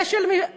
נא לסיים.